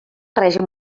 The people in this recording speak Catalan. règim